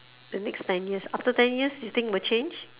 the next ten years after ten years you think will change